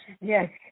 Yes